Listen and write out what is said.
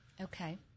Okay